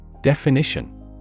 Definition